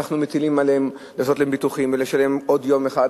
ואנחנו מטילים עליהם לעשות להם ביטוחים ולשלם עוד יום אחד,